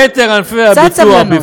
קצת סבלנות.